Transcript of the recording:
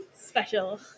special